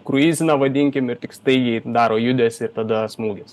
kruizina vadinkim ir tik staigiai daro judesį ir tada smūgis